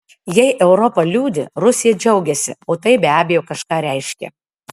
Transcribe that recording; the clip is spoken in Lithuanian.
jei europa liūdi rusija džiaugiasi o tai be abejo kažką reiškia